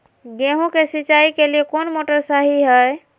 गेंहू के सिंचाई के लिए कौन मोटर शाही हाय?